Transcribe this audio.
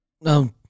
No